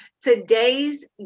Today's